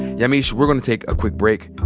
yamiche, we're gonna take a quick break,